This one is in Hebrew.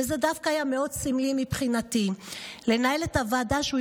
וזה דווקא היה מאוד סמלי מבחינתי לנהל את הישיבה